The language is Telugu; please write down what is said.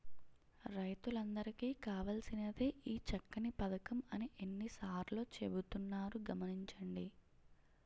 రైతులందరికీ కావాల్సినదే ఈ చక్కని పదకం అని ఎన్ని సార్లో చెబుతున్నారు గమనించండి